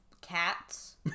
cats